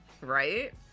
right